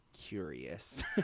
curious